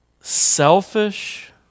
selfish